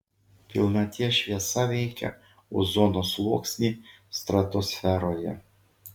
pilnaties šviesa veikia ozono sluoksnį stratosferoje